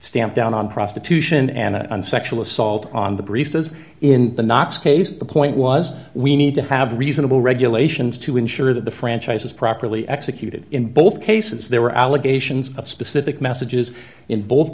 stamp down on prostitution and on sexual assault on the brief those in the knox case the point was we need to have reasonable regulations to ensure that the franchise was properly executed in both cases there were allegations of specific messages in both